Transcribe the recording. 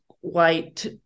white